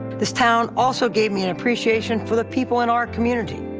this town also gave me an appreciation for the people in our community.